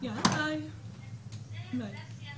לצערנו, זה שירות שהאוכלוסייה